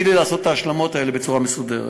תני לי לעשות את ההשלמות האלה בצורה מסודרת.